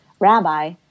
Rabbi